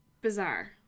bizarre